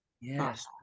Yes